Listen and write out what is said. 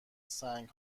سنگ